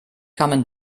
kamen